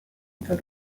unter